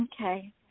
Okay